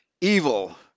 evil